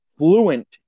fluent